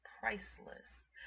priceless